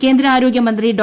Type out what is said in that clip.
കേന്ദ്ര ആരോഗ്യമന്ത്രി ഡോ